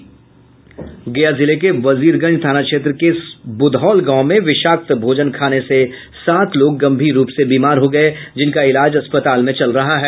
गया जिले के वजीरगंज थाना क्षेत्र के बुधौल गांव में विषाक्त भोजन खाने से सात लोग गम्भीर रूप से बीमार हो गये जिनका इलाज अस्पताल में चल रहा है